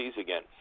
again